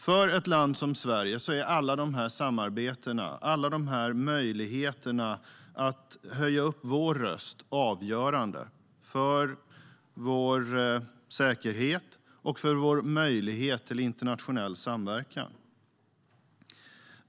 För ett land som Sverige är alla de här samarbetena och alla de här möjligheterna att höja vår röst avgörande för vår säkerhet och för vår möjlighet till internationell samverkan.